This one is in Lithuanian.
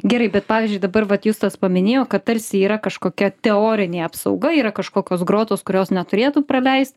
gerai bet pavyzdžiui dabar vat justas paminėjo kad tarsi yra kažkokia teorinė apsauga yra kažkokios grotos kurios neturėtų praleist